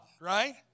right